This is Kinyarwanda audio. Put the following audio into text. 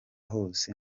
hose